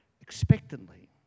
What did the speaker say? expectantly